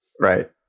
Right